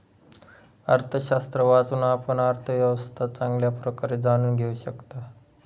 अर्थशास्त्र वाचून, आपण अर्थव्यवस्था चांगल्या प्रकारे जाणून घेऊ शकता